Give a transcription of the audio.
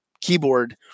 keyboard